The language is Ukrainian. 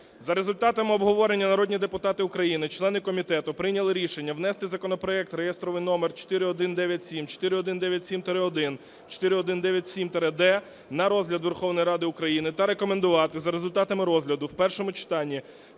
За результатами обговорення народні депутати України, члени комітету, прийняли рішення внести законопроект (реєстраційний номер 4197, 4197-1, 4197-д) на розгляд Верховної Ради України та рекомендувати за результатами розгляду в першому читанні